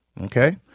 Okay